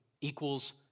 equals